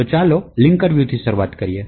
તો ચાલો લિંકર વ્યુથી શરૂઆત કરીએ